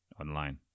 online